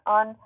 on